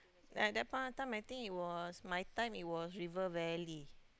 like that point of time I think it was my time it was River-Valley